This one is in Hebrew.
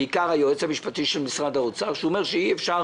בעיקר היועץ המשפטי של משרד האוצר שאמר שאי אפשר